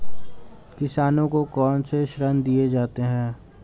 किसानों को कौन से ऋण दिए जाते हैं?